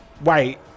Wait